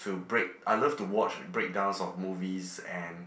to break I love to watch breakdowns of movies and